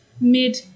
mid